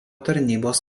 tarnybos